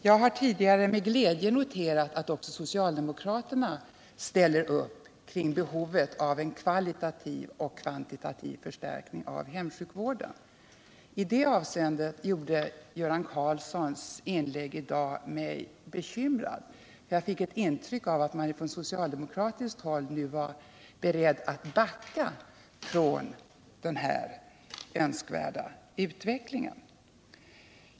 Jag har tidigare med glädje noterat att också socialdemokraterna ställer upp bakom kravet på av en kvalitativ och kvantitativ förstärkning av hemsjukvården. I det avseendet gjorde Göran Karlssons inlägg i dag mig bekymrad. Jag fick ett intryck av att man från socialdemokratiskt håll nu var beredd att backa från denna önskvärda utveckling.